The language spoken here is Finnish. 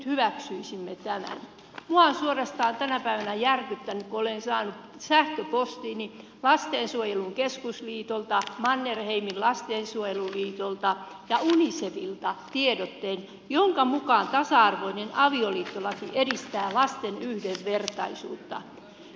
minua on suorastaan tänä päivänä järkyttänyt kun olen saanut sähköpostiini lastensuojelun keskusliitolta mannerheimin lastensuojeluliitolta ja unicefilta tiedotteen jonka mukaan tasa arvoinen avioliittolaki edistää lasten yhdenvertaisuutta